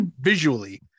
Visually